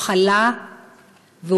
הוא חלה והורדם.